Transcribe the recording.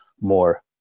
more